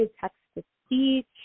text-to-speech